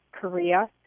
Korea